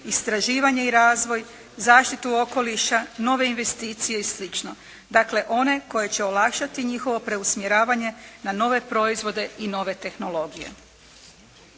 istraživanje i razvoj, zaštitu okoliša, nove investicije i slično. Dakle one koje će olakšati njihovo preusmjeravanje na nove proizvode i nove tehnologije.